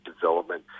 development